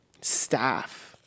staff